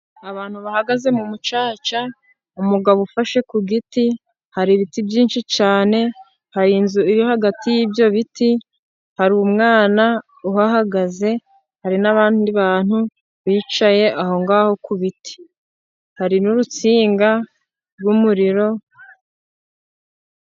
Abantu bahagaze mu mucaca, umugabo ufashe ku giti, hari ibiti byinshi cyane, hari inzu iri hagati y'ibyo biti, hari umwana uhahagaze, hari n'abandi bantu bicaye aho ngaho ku biti, hari n'urutsinga rw'umuriro.